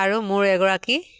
আৰু মোৰ এগৰাকী